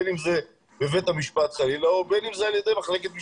בין אם זה בבית המשפט חלילה או בין אם זה על ידי מחלקת משמעת.